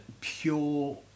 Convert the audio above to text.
pure